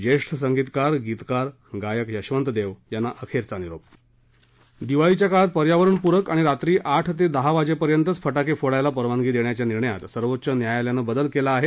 ज्येष्ठ संगीतकार गीतकार गायक यशवंत देव यांना अखेरचा निरोप दिवाळीच्या काळात पर्यावरणपूरक आणि रात्री आठ ते दहा वाजेपर्यंतच फटाके फोडायला परवानगी देण्याच्या निर्णयात सर्वोच्च न्यायालयानं बदल केला आहे